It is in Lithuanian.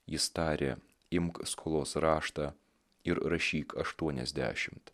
jis tarė imk skolos raštą ir rašyk aštuoniasdešimt